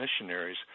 missionaries